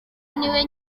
niwe